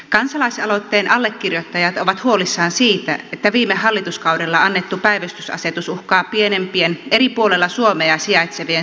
kansalaisaloitteen allekirjoittajat ovat huolissaan siitä että viime hallituskaudella annettu päivystysasetus uhkaa pienempien eri puolilla suomea sijaitsevien synnytyssairaaloiden toimintaa